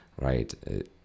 right